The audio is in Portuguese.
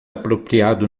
apropriado